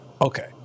okay